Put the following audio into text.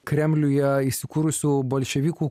kremliuje įsikūrusių bolševikų